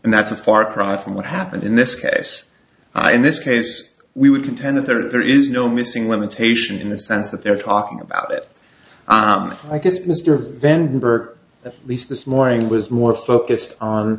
and that's a far cry from what happened in this case in this case we would contend that there is no missing limitation in the sense that they're talking about it i guess mr vendor at least this morning was more focused on